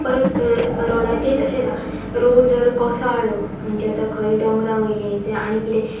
परत रोडाचे तशें आहा रोड जर कोसळ्ळो म्हणजे आतां खंय डोंगरा वयले जें आनी कितें